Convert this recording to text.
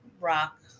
rock